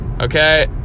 Okay